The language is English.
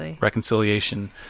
reconciliation